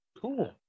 Cool